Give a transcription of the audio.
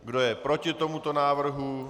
Kdo je proti tomuto návrhu?